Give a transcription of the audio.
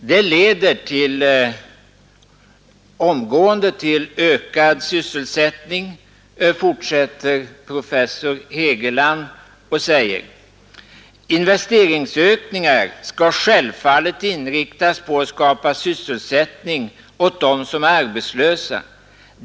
Det leder omgående till ökad sysselsättning, fortsätter professor Hegeland och tillägger, att investeringsökningar skall självfallet inriktas på att skapa sysselsättning åt dem som är arbetslösa.